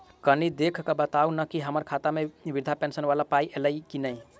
कनि देख कऽ बताऊ न की हम्मर खाता मे वृद्धा पेंशन वला पाई ऐलई आ की नहि?